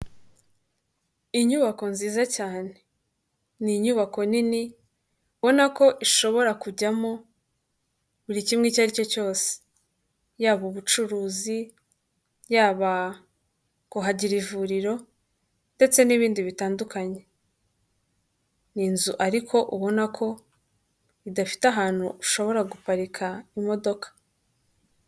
Inyubako nziza cyane, ni inyubako nini ubona ko ishobora kujyamo buri kimwe icyo ari cyo cyose, yaba ubucuruzi yaba kuhagira ivuriro ndetse n'ibindi bitandukanye, ni inzu ariko ubona ko idafite ahantu ushobora guparika imodoka.